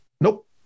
Nope